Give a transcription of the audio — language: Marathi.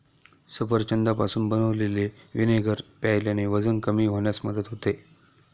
सफरचंदापासून बनवलेले व्हिनेगर प्यायल्याने वजन कमी होण्यास मदत होते